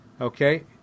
Okay